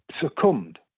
succumbed